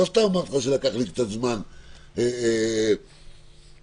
לא סתם לקח לי קצת זמן להבין את זה.